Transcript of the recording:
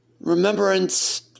remembrance